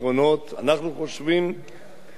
אנחנו חושבים שכבוד